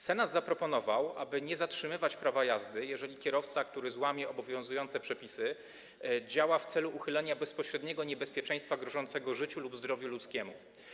Senat zaproponował, aby nie zatrzymywać prawa jazdy, jeżeli kierowca, który łamie obowiązujące przepisy, działa w celu uchylenia bezpośredniego niebezpieczeństwa grożącego życiu lub zdrowiu ludzkiemu.